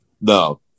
No